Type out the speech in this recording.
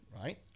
right